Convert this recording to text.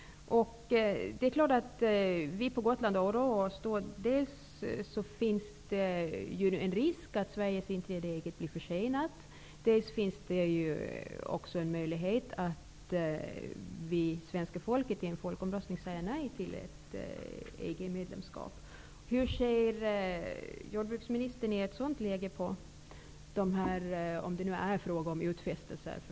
Det är klart att vi på Gotland oroar oss. Det finns ju en risk för att Sveriges inträde i EG blir försenat eller för att svenska folket vid en folkomröstning säger nej till ett EG-medlemskap. Hur ser jordbruksministern i ett sådant läge på utfästelserna -- om det nu är fråga om utfästelser